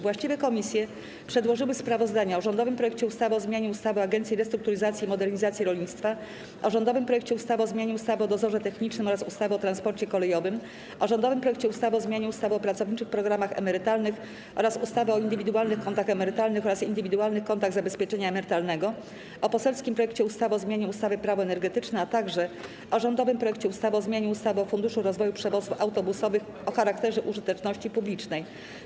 Właściwe komisje przedłożyły sprawozdania: - o rządowym projekcie ustawy o zmianie ustawy o Agencji Restrukturyzacji i Modernizacji Rolnictwa, - o rządowym projekcie ustawy o zmianie ustawy o dozorze technicznym oraz ustawy o transporcie kolejowym, - o rządowym projekcie ustawy o zmianie ustawy o pracowniczych programach emerytalnych oraz ustawy o indywidualnych kontach emerytalnych oraz indywidualnych kontach zabezpieczenia emerytalnego, - o poselskim projekcie ustawy o zmianie ustawy - Prawo energetyczne, - o rządowym projekcie ustawy o zmianie ustawy o Funduszu rozwoju przewozów autobusowych o charakterze użyteczności publicznej.